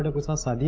was also